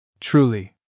truly